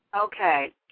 Okay